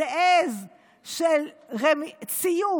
זו עז של ציות,